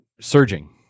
surging